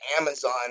Amazon